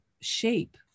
shape